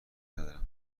ندارم